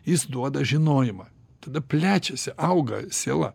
jis duoda žinojimą tada plečiasi auga siela